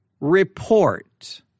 report